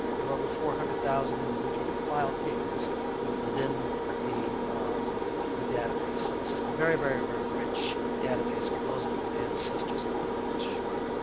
there were over four hundred thousand individual file papers within the the database. so it's just a very, very, very rich database for those of you with ancestors up on the north shore.